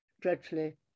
dreadfully